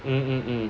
mm mm mm